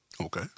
Okay